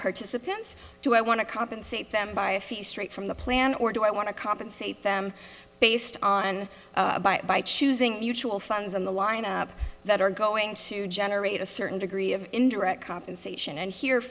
participants do i want to compensate them by a fee straight from the plan or do i want to compensate them based on by choosing usual funds in the lineup that are going to generate a certain degree of indirect compensation and he